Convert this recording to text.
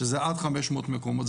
שזה עד חמשת אלפים מקומות.